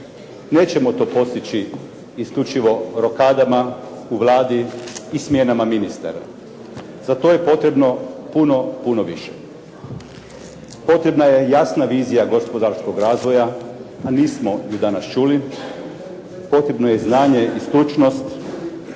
nećemo to postići isključivo rokadama u Vladi i smjenama ministara. Za to je potrebno puno, puno više. Potrebna je jasna vizija gospodarskog razvoja, a nismo ju danas čuli. Potrebno je znanje i stručnost.